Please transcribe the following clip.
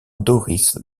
doris